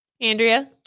Andrea